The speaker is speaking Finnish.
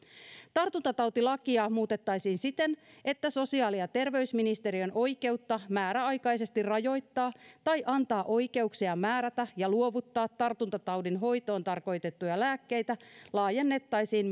tartuntatautilakia muutettaisiin siten että sosiaali ja terveysministeriön oikeutta määräaikaisesti rajoittaa tai antaa oikeuksia määrätä ja luovuttaa tartuntataudin hoitoon tarkoitettuja lääkkeitä laajennettaisiin